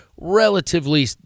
relatively